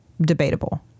debatable